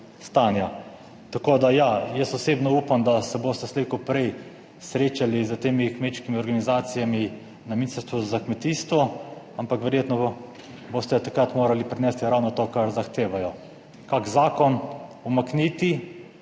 Tako da, ja, jaz osebno upam, da se boste slej ko prej srečali s temi kmečkimi organizacijami na Ministrstvu za kmetijstvo, ampak verjetno boste takrat morali prinesti ravno to, kar zahtevajo, kak zakon umakniti